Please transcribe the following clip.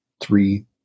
three